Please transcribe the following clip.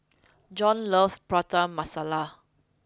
Jon loves Prata Masala